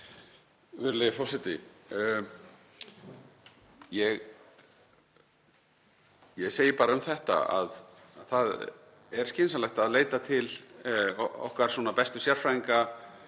að það er skynsamlegt að leita til okkar bestu sérfræðinga